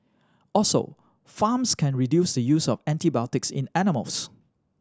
also farms can reduce the use of antibiotics in animals